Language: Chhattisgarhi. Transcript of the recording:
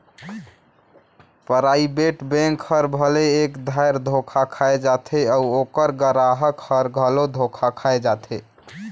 पराइबेट बेंक हर भले एक धाएर धोखा खाए जाथे अउ ओकर गराहक हर घलो धोखा खाए जाथे